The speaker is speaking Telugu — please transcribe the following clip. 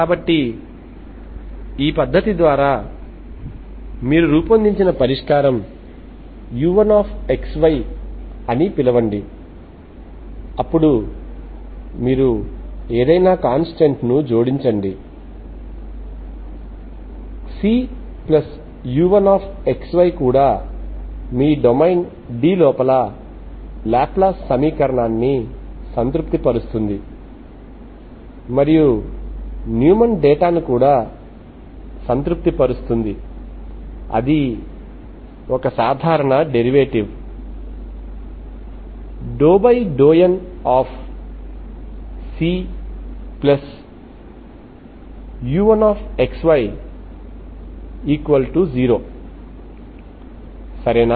కాబట్టి ఈ పద్ధతి ద్వారా మీరు రూపొందించిన పరిష్కారం u1xy అని పిలవండి అప్పుడు మీరు ఏదైనా కాంస్టెంట్ ను జోడించండి Cu1xy కూడా మీ డొమైన్ D లోపల లాప్లాస్ సమీకరణాన్ని సంతృప్తిపరుస్తుంది మరియు న్యూమాన్ డేటా ను కూడా సంతృప్తి పరుస్తుంది అది సాధారణ డెరివేటివ్ ∂nCu1xy0 సరేనా